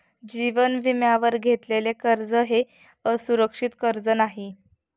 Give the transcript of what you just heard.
जीवन विम्यावर घेतलेले कर्ज हे असुरक्षित कर्ज नाही